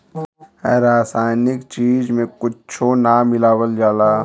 रासायनिक चीज में कुच्छो ना मिलावल जाला